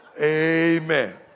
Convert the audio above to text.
Amen